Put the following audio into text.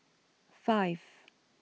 five